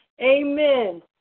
Amen